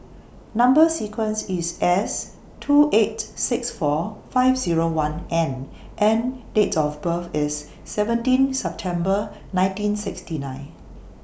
Number sequence IS S two eight six four five Zero one N and Date of birth IS seventeen September nineteen sixty nine